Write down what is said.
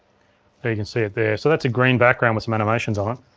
there, you can see it there. so that's a green background with some animations on it.